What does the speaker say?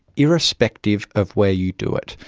irrespective of where you do it.